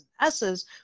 Ss